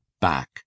back